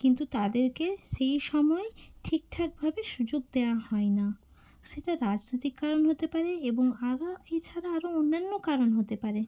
কিন্তু তাদেরকে সেই সময় ঠিকঠাকভাবে সুযোগ দেওয়া হয় না সেটা রাজনৈতিক কারণ হতে পারে এবং আরও এছাড়া আরও অন্যান্য কারণ হতে পারে